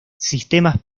sistemas